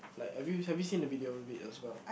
like have you have you seen the video with it as well